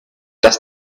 dass